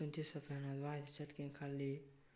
twenty seven ꯑꯗꯨꯋꯥꯏꯗ ꯆꯠꯀꯦꯅ ꯈꯜꯂꯤ